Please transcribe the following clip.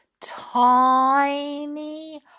tiny